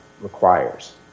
requires